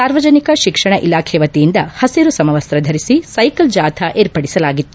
ಸಾರ್ವಜನಿಕ ಶಿಕ್ಷಣ ಇಲಾಖೆವತಿಯಿಂದ ಪಸಿರು ಸಮವಸ್ತ ಧರಿಸಿ ಸೈಕಲ್ ಜಾಥಾ ಏರ್ಪಾಡಾಗಿತ್ತು